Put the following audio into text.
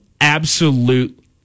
absolute